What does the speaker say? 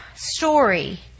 Story